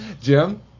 Jim